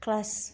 class